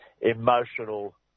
emotional